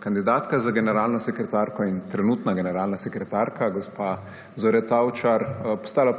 kandidatka za generalno sekretarko in trenutna generalna sekretarka gospa Zore Tavčar prvič postala